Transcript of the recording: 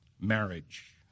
marriage